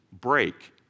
break